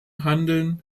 handeln